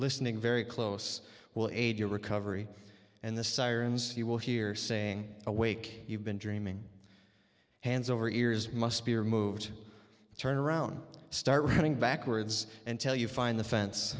listening very close well aid your recovery and the sirens you will hear saying awake you've been dreaming hands over ears must be removed turn around start running backwards and tell you find the fence